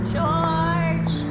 George